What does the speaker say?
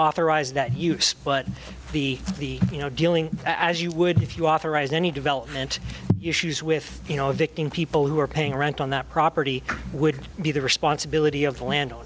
authorize that use but the the you know dealing as you would if you authorized any development issues with you know addicting people who are paying rent on that property would be the responsibility of the land o